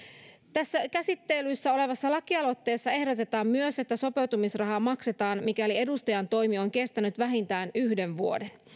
tässä käsittelyssä olevassa lakialoitteessa ehdotetaan myös että sopeutumisrahaa maksetaan mikäli edustajantoimi on kestänyt vähintään yhden vuoden